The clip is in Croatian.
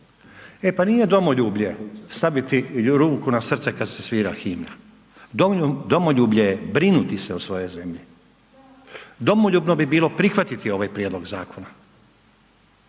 E pa nije domoljublje staviti ruku na srce kad se svira himna. Domoljublje je brinuti se o svojoj zemlji. Domoljubno bi bilo prihvatiti ovaj prijedlog zakona.